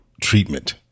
treatment